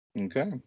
okay